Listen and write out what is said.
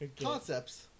Concepts